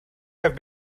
have